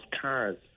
cars